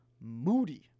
moody